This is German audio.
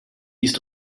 ist